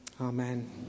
amen